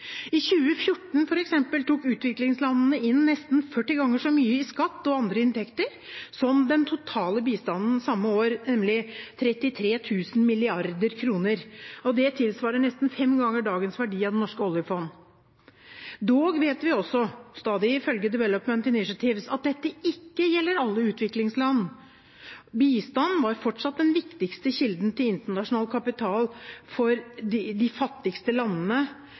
I 2014, f.eks., tok utviklingslandene inn nesten 40 ganger så mye i skatt og andre inntekter som den totale bistanden samme år, nemlig 33 000 mrd. kr. Det tilsvarer nesten fem ganger dagens verdi av det norske oljefondet. Dog vet vi også – stadig ifølge Development Initiatives – at dette ikke gjelder alle utviklingsland. Bistand var fortsatt den viktigste kilden til internasjonal kapital for de fattigste landene